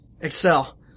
Excel